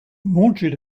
mordred